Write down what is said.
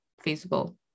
feasible